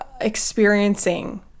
experiencing